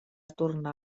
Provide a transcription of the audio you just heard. tornar